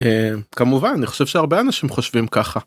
כמובן אני חושב שהרבה אנשים חושבים ככה.